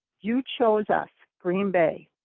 you chose us, green bay,